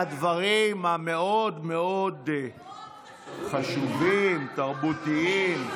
תודה רבה על הדברים המאוד מאוד חשובים ותרבותיים.